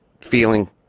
feeling